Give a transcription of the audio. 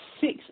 six